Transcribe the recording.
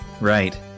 Right